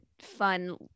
fun